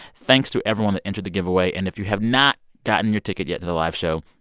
thanks to everyone that entered the giveaway. and if you have not gotten your ticket yet to the live show,